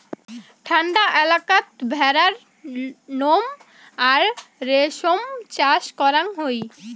ঠান্ডা এলাকাত ভেড়ার নোম আর রেশম চাষ করাং হই